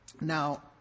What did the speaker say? Now